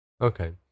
Okay